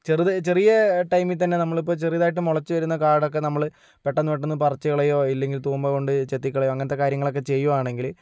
ചെറുത് ചെറിയ ടൈമിൽ തന്നെ നമ്മൾ ഇപ്പോൾ ചെറുതായിട്ട് മുളച്ചു വരുന്ന കാടൊക്കെ നമ്മള് പെട്ടെന്ന് പെട്ടെന്ന് പറിച്ചു കളയുകയോ ഇല്ലെങ്കിൽ തുമ്പ് കൊണ്ട് ചെത്തി കളയുകയോ അങ്ങനത്തെ കാര്യങ്ങളൊക്കെ ചെയ്യുകയാണെങ്കില്